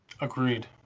agreed